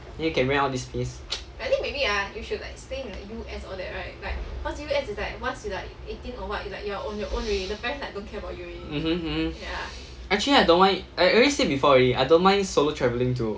then you can rent out this place mm hmm mm hmm actually I don't mind I already say before already I don't mind solo travelling to